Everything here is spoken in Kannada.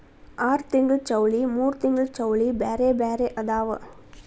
ಆರತಿಂಗ್ಳ ಚೌಳಿ ಮೂರತಿಂಗ್ಳ ಚೌಳಿ ಬ್ಯಾರೆ ಬ್ಯಾರೆ ಅದಾವ